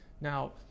Now